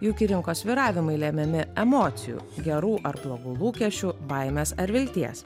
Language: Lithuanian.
juk ir rinkos svyravimai lemiami emocijų gerų ar blogų lūkesčių baimės ar vilties